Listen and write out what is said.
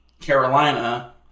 Carolina